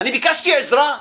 ביקשתי עזרה?